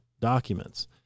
documents